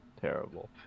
terrible